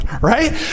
right